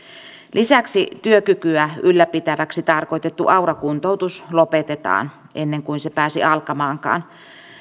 lisäksi työkykyä ylläpitäväksi tarkoitettu aura kuntoutus lopetetaan ennen kuin se pääsi alkamaankaan